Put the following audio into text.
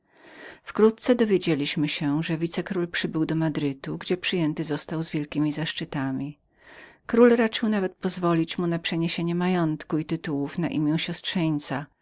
wkrótce dowiedzieliśmy się że wicekról przybył do madrytu i przyjęty był z wielkiemi zaszczytami król nawet raczył pozwolić mu przeprowadzenie majątku i tytułów na imię synowca